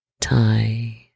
tie